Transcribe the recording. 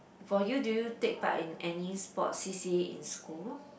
for you do you take part in any sports C_C_A in school